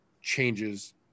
changes